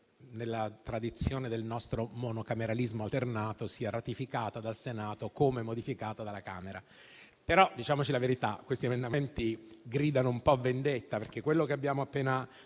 nella tradizione del nostro monocameralismo alternato, sia ratificata dal Senato come modificata dalla Camera. Però, diciamoci la verità, questi emendamenti gridano un po' vendetta. Quello che abbiamo appena